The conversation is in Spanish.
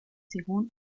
según